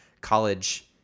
college